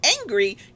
angry